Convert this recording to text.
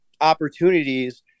opportunities